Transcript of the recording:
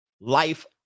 life